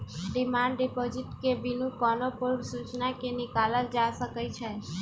demand deposit के बिनु कोनो पूर्व सूचना के निकालल जा सकइ छै